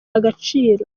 agaciro